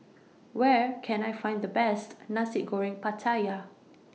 Where Can I Find The Best Nasi Goreng Pattaya